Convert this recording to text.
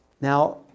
Now